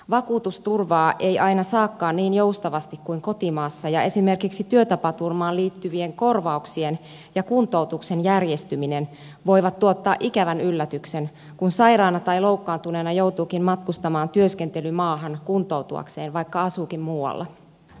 vakuutusturvaa ei aina saakaan niin joustavasti kuin kotimaassa ja esimerkiksi työtapaturmaan liittyvien korvauksien ja kuntoutuksen järjestyminen voivat tuottaa ikävän yllätyksen kun sairaana tai loukkaantuneena joutuukin matkustamaan työskentelymaahan kuntoutuakseen vaikka asuukin muualla